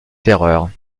terreurs